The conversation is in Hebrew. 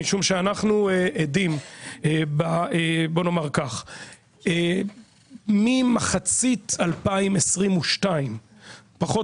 משום שאנחנו עדים בוא נאמר כך ממחצית 2022 פחות